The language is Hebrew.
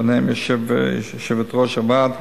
ביניהם יושבת-ראש הוועד,